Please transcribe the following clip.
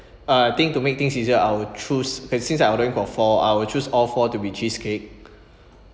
uh I think to make things easier I will choose uh since I ordering for four I will choose all four to be cheesecake